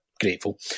grateful